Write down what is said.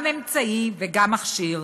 גם אמצעי וגם מכשיר,